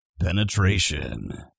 penetration